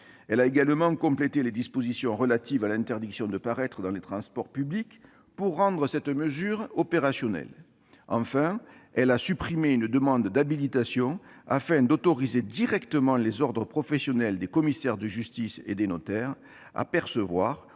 Elle a également complété les dispositions relatives à l'interdiction de paraître dans les transports publics, pour rendre cette mesure opérationnelle. Elle a en outre supprimé la demande d'habilitation que je viens d'évoquer, afin d'autoriser directement les ordres professionnels des commissaires de justice et des notaires à percevoir,